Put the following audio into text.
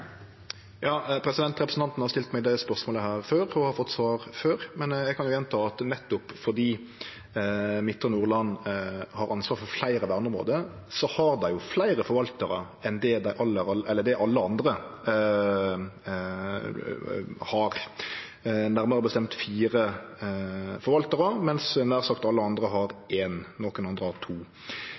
Representanten har stilt meg dette spørsmålet før, og har fått svar før, men eg kan gjenta at nettopp fordi Midtre Nordland har ansvar for fleire verneområde, har dei fleire forvaltarar enn det alle andre har, nærmare bestemt fire forvaltarar, mens nær sagt alle andre har ein og nokre har to.